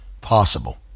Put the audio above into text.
possible